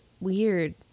Weird